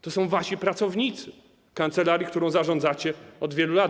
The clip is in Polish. To są wasi pracownicy, kancelarii, którą zarządzacie od wielu lat.